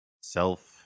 Self-